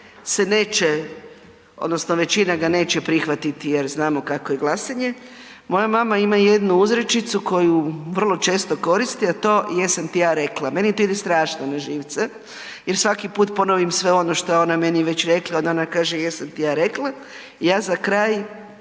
se neće odnosno većina ga neće prihvatiti jer znamo kakvo je glasanje. Moja mama ima jednu uzrečicu koju vrlo često koristi, a to „jesam ti ja rekla“, meni to ide strašno na živce, jer svaki put ponovim sve ono što je ona meni već rekla, onda ona kaže jesam ti ja rekla i ja za kraj